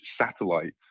satellite